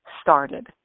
started